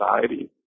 society